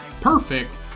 perfect